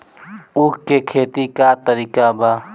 उख के खेती का तरीका का बा?